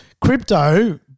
crypto